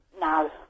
No